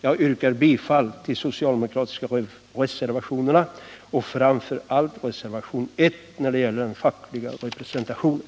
Jag yrkar bifall till de socialdemokratiska reservationerna, framför allt reservationen 1 om facklig representation.